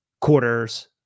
quarters